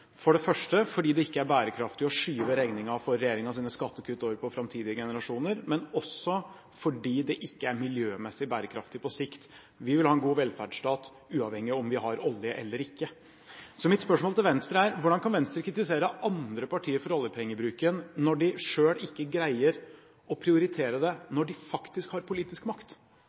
for det første fordi det ikke er bærekraftig å skyve regningen for regjeringens skattekutt over på framtidige generasjoner, og også fordi det ikke er miljømessig bærekraftig på sikt. Vi vil ha en god velferdsstat uavhengig av om vi har olje eller ikke. Mitt spørsmål til Venstre er: Hvordan kan Venstre kritisere andre partier for oljepengebruken når de selv ikke greier å prioritere dette når de faktisk har politisk makt?